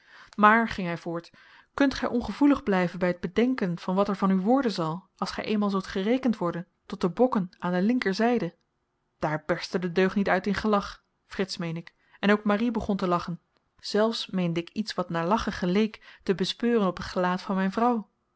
maar ging hy voort kunt gy ongevoelig blyven by t bedenken wat er van u worden zal als gy eenmaal zult gerekend worden tot de bokken aan de linkerzyde daar berstte de deugniet uit in gelach frits meen ik en ook marie begon te lachen zelfs meende ik iets wat naar lachen geleek te bespeuren op t gelaat van myn vrouw